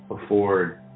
afford